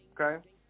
Okay